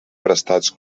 prestats